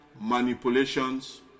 manipulations